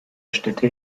städte